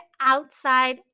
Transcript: outside